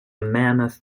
mammoth